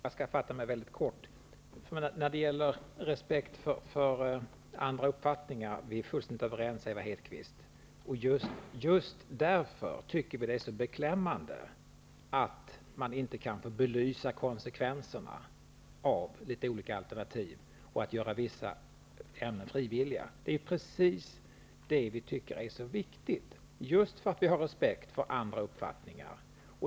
Herr talman! Jag skall fatta mig väldigt kort. I fråga om respekt för andras uppfattningar är vi fullständigt överens, Ewa Hedkvist Petersen. Det är just därför som det är så beklämmande att man inte kan få belysa konsekvenserna av olika alternativ och göra vissa ämnen frivilliga. Det är precis det som är så viktigt, att ha respekt för andra uppfattningar.